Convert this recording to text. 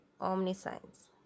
omniscience